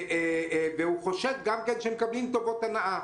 והוא חושב שהם מקבלים טובות הנאה.